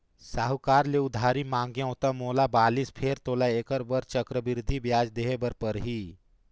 साहूकार ले उधारी मांगेंव त मोला बालिस फेर तोला ऐखर बर चक्रबृद्धि बियाज देहे बर परही